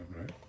right